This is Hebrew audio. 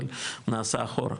אבל נעשה אחורה.